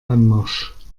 anmarsch